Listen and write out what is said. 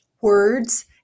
words